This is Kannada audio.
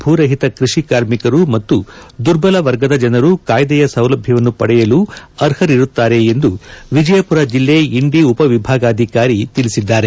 ಭೂರಹಿತ ಕೃಷಿ ಕಾರ್ಮಿಕರು ಮತ್ತು ದುರ್ಬಲ ವರ್ಗದ ಜನರು ಕಾಯ್ದೆಯ ಸೌಲಭ್ಞವನ್ನು ಪಡೆಯಲು ಅರ್ಹರಿರುತ್ತಾರೆ ಎಂದು ವಿಜಯಪುರ ಬೆಲ್ಲೆ ಇಂಡಿ ಉಪವಿಭಾಗಾಧಿಕಾರಿ ತಿಳಿಸಿದ್ದಾರೆ